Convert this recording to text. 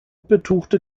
betuchte